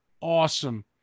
awesome